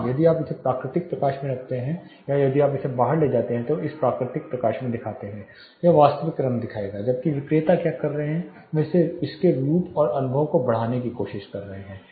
हां यदि आप इसे प्राकृतिक प्रकाश में रखते हैं यदि आप इसे बाहर लाते हैं तो इसे प्राकृतिक प्रकाश में दिखाते हैं यह वास्तविक रंग दिखाएगा जबकि विक्रेता क्या कर रहे हैं वे इसके रूप और अनुभव को बढ़ाने की कोशिश करते हैं